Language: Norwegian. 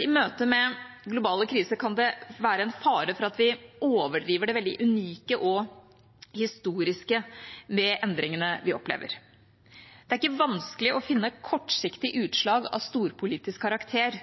I møte med globale kriser kan det være fare for at vi overdriver det veldig unike og historiske ved endringene vi opplever. Det er ikke vanskelig å finne kortsiktige utslag av storpolitisk karakter,